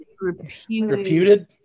Reputed